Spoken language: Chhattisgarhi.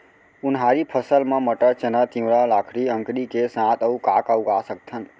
उनहारी फसल मा मटर, चना, तिंवरा, लाखड़ी, अंकरी के साथ अऊ का का उगा सकथन?